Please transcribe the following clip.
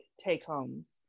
take-homes